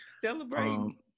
celebrating